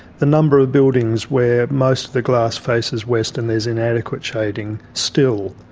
the number of buildings where most of the glass faces west and there's inadequate shading still,